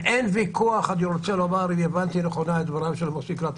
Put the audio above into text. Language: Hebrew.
ואין ויכוח, אם הבנתי נכונה את דבריו של מוסי רז.